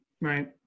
Right